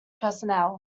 personnel